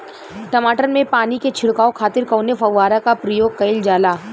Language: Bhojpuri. टमाटर में पानी के छिड़काव खातिर कवने फव्वारा का प्रयोग कईल जाला?